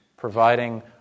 providing